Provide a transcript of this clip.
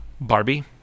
Barbie